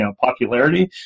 popularity